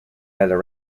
either